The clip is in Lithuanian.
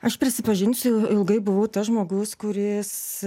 aš prisipažinsiu ilgai buvau tas žmogus kuris